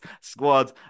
squad